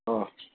હાં